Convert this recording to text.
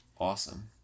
Awesome